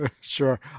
Sure